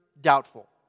doubtful